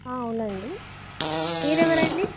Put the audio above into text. అవునండి మీరెవరండి